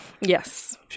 Yes